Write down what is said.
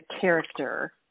character